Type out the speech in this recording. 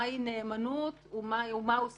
מה היא נאמנות ומה הוא שכרה,